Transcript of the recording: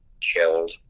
chilled